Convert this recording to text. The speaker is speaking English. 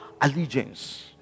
allegiance